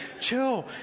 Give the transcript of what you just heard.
chill